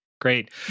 Great